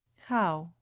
how?